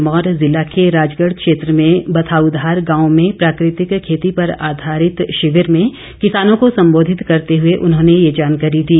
सिरमौर ज़िला के राजगढ़ क्षेत्र में बथाऊधार गांव में प्राकृतिक खेती पर आधारित शिविर में किसानों को संबोधित करते हुए उन्होंने ये जानकारी दी